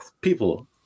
People